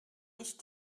ich